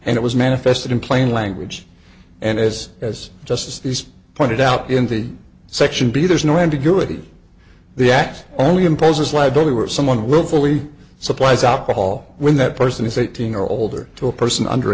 and it was manifested in plain language and as as justice these pointed out in the section b there's no ambiguity the act only imposes leadbelly were someone willfully supplies alcohol when that person is eighteen or older to a person under